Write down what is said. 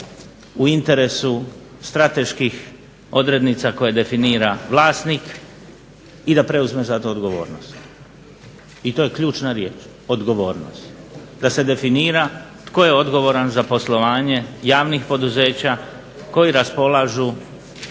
u interesu strateških odrednica koje definira vlasnik i da preuzme za to odgovornost. I to je ključna riječ – odgovornost. Da se definira tko je odgovoran za poslovanje javnih poduzeća koja raspolažu